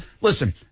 listen